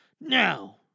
Now